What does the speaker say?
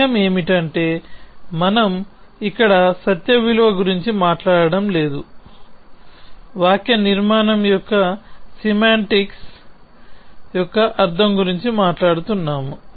విషయం ఏమిటంటే మనం ఇక్కడ సత్య విలువ గురించి మాట్లాడటం లేదు వాక్యనిర్మాణం యొక్క సెమాంటిక్స్ యొక్క అర్ధం గురించి మాట్లాడుతున్నాము